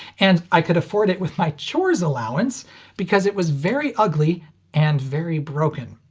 and i could afford it with my chores allowance because it was very ugly and very broken.